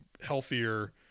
healthier